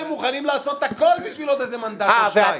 מוכנים לעשות הכול בשביל עוד איזה מנדט או שניים.